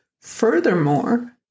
Furthermore